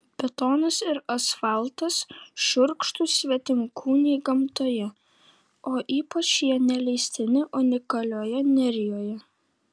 betonas ir asfaltas šiurkštūs svetimkūniai gamtoje o ypač jie neleistini unikalioje nerijoje